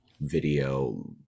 video